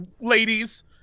ladies